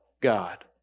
God